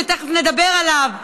שתכף נדבר עליו,